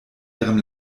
ihrem